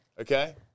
Okay